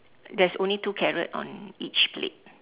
there's only two carrot on each plate